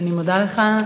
אני מודה לך.